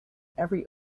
every